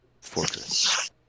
fortress